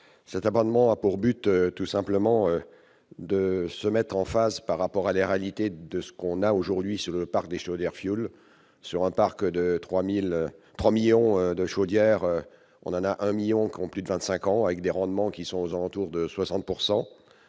cet amendement a pour but, tout simplement, de se mettre en phase par rapport à la réalité de ce qu'on a aujourd'hui sur le parc des chaudières fioul sur un parc de 3000 3 millions de chaudière, on a un 1000000, plus de 25 ans, avec des rendements qui sont aux alentours de 60